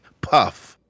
Puff